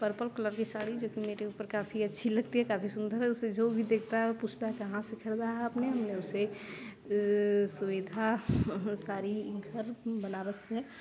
purple colour की साड़ी जोकि मेरे ऊपर काफी अच्छी लगती है काफी सुन्दर है उसे जो भी देखता है पूछता है कहाँ से खरीदा है आपने उसे सुविधा साड़ी घर बनारस में